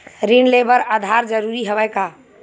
ऋण ले बर आधार जरूरी हवय का?